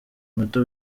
munota